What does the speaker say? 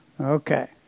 Okay